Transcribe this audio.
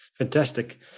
Fantastic